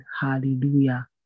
Hallelujah